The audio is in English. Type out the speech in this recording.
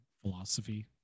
philosophy